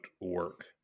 work